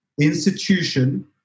institution